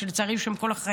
ולצערי יהיו שם כל החיים.